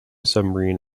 submarine